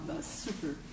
super